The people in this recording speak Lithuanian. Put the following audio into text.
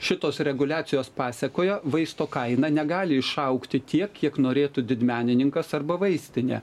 šitos reguliacijos pasekojo vaisto kaina negali išaugti tiek kiek norėtų didmenininkas arba vaistinė